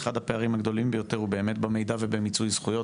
אחד הפערים הגדולים ביותר הוא באמת במידע ובמיצוי הזכויות.